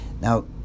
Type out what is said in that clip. Now